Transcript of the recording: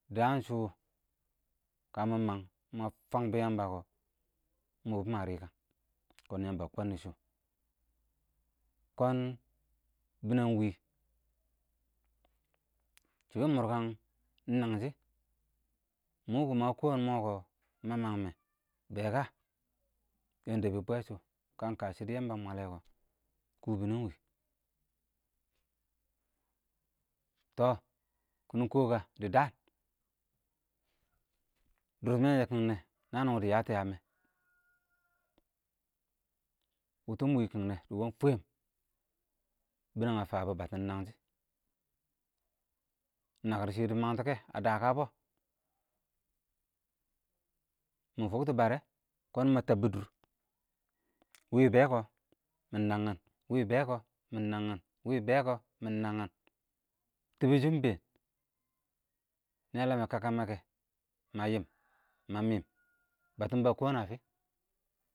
dəən shʊ kə mɪ məng mə fəngbɔ yəmbə kɔ mɔ bɛ mə rɪkən kɔn yəmbə ə kɔnnɪ shʊ, kɔɔn bɪnɛng ɪng wɪɪ, shɪ bɪ mʊrkən ɪng nəngshɪ, mɔ kɔ mə kɔɔm ɪng mɔɔ kɔ mə məng mɛ, bɛ kə, yəən da bɪ bwɛ sʊ, kə ɪng kə shɪdɔ yəmbə ə mwɛlɛ kɔ, kʊbɪnɪ ɪng wɪ, tɔɔ kɪnɪ kɔɔ kə, dɪ dəən dʊrtɪmɛn sə kɪng nɛ, nəən wɪ dɪ yəə tɔ yəəm wɛ, wʊtʊm ɪng wɪ kɪng nɛ dɪ wɔb fwɛm, bɪnɛng ə fəbɔ bətɪm ɪng nəngshɪ, ɪng nəkɪr shɪ dɪ məng tɪ kɛ ə dəbɔ, mʊ fʊktʊ bərɛ, kɔɔn mə təbbʊ dʊrr, wɪɪ bɛ kɔ mɪn nəng nəng, wɪɪ bɛ kɔ mɪn nəng nəng, wɪɪ bɛ kɔ mɪn ɪng nəng mɪn, dɪbɪ shɪ ɪng bɛɛn, nɪ ə ləmɛ kəkə mə kɔɔ, mə yɪɪm, mə mɪɪm, bətɪm bə kɔɔn ə fɪ?.